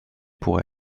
pour